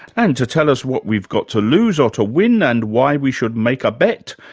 and to tell us what we've got to lose or to win and why we should make a bet,